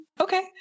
okay